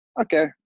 okay